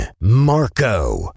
Marco